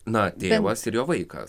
na tėvas ir jo vaikas